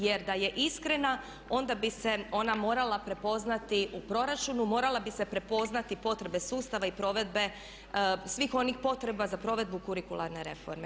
Jer da je iskrena onda bi se ona morala prepoznati u proračunu, morala bi se prepoznati potrebe sustava i provedbe svih onih potreba za provedbu kurikularne reforme.